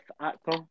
actor